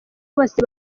bose